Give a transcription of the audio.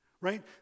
right